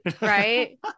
Right